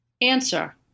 Answer